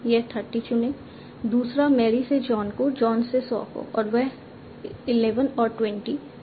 यह 30 चुनें दूसरा मैरी से जॉन को जॉन से सॉ को और वह 11 और 20 31 है